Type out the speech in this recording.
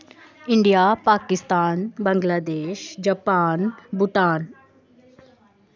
India Pakistan Bangladesh Japan Bhutan